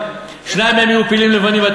שניהם יהיו פילים לבנים.